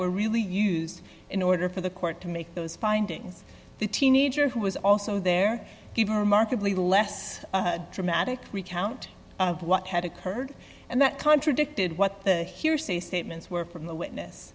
were really used in order for the court to make those findings the teenager who was also there given remarkably less dramatic recount of what had occurred and that contradicted what the hearsay statements were from the witness